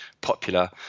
popular